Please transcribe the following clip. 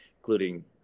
including